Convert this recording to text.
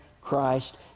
Christ